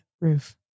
roof